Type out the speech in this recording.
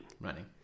Running